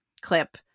clip